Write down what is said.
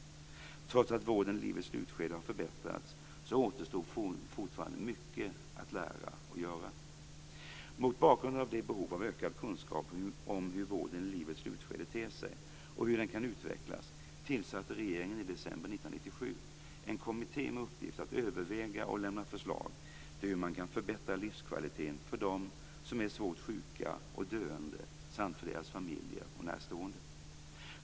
Trots att vården i livets slutskede har förbättrats så återstår fortfarande mycket att lära och göra. Mot bakgrund av det behov av ökad kunskap om hur vården i livets slutskede ter sig och hur den kan utvecklas tillsatte regeringen i december 1997 en kommitté med uppgift att överväga och lämna förslag till hur man kan förbättra livskvaliteten för dem som är svårt sjuka och döende samt för deras familjer och närstående.